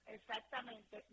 Exactamente